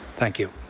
thank you.